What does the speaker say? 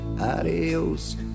Adios